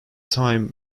time